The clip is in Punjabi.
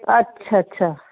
ਅੱਛਾ ਅੱਛਾ